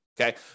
Okay